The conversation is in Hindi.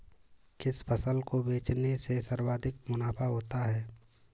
किस फसल को बेचने से सर्वाधिक मुनाफा होता है?